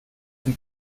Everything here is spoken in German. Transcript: zum